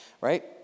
right